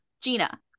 gina